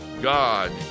God